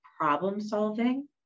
problem-solving